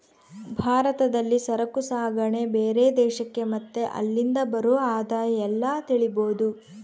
ಭಾರತದಲ್ಲಿ ಸರಕು ಸಾಗಣೆ ಬೇರೆ ದೇಶಕ್ಕೆ ಮತ್ತೆ ಅಲ್ಲಿಂದ ಬರೋ ಆದಾಯ ಎಲ್ಲ ತಿಳಿಬೋದು